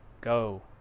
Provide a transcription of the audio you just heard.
go